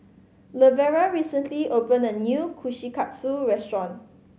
Lavera recently opened a new Kushikatsu restaurant